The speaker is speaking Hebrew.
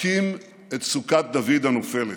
אקים את סכת דוד הנופלת".